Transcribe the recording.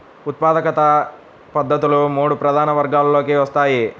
ఉత్పాదక పద్ధతులు మూడు ప్రధాన వర్గాలలోకి వస్తాయి